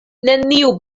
neniu